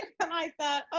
and i thought,